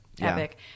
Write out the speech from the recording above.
epic